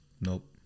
Nope